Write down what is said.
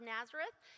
Nazareth